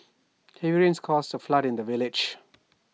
heavy rains caused A flood in the village